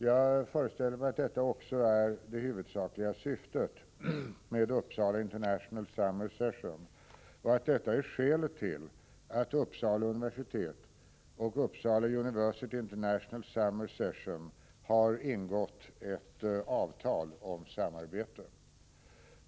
Jag föreställer mig att detta också är det huvudsakliga syftet med Uppsala International Summer Session och att detta är skälet till att Uppsala universitet och Upsala University International Summer Session har ingått ett avtal om samarbete.